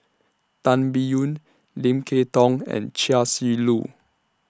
Tan Biyun Lim Kay Tong and Chia Shi Lu